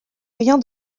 rien